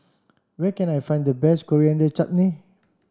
where can I find the best Coriander Chutney